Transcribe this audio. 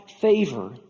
favor